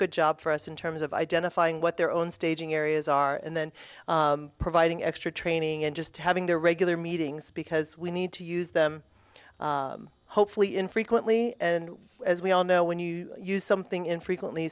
good job for us in terms of identifying what their own staging areas are and then providing extra training in just having their regular meetings because we need to use them hopefully infrequently and as we all know when you use something infrequently